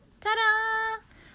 Ta-da